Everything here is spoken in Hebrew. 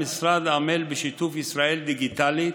המשרד עמל בשיתוף ישראל דיגיטלית,